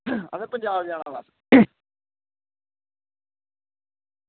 असें पंजाब जाना